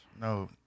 No